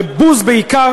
ובוז בעיקר